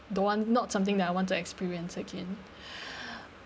don't want not something that I want to experience again